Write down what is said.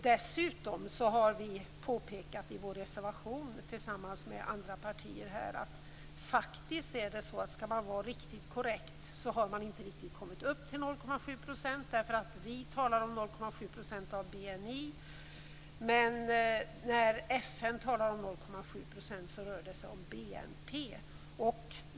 Dessutom har vi påpekat i vår reservation tillsammans med andra partier att det faktiskt är så att skall man vara riktigt korrekt har vi inte riktigt kommit upp till 0,7 % därför att vi talar om 0,7 % av BNI men FN talar om 0,7 % av BNP.